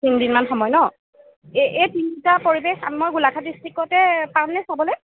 তিনিদিনমান সময় ন এই এই তিনিটা পৰিৱেশ মই গোলাঘাট ডিষ্ট্ৰিকতে পামনে চাবলৈ